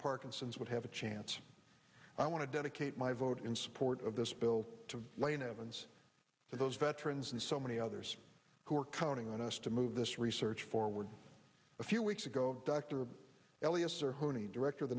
parkinson's would have a chance i want to dedicate my vote in support of this bill to lane evans for those veterans and so many others who are counting on us to move this research forward a few weeks ago dr elliot's or honey director of the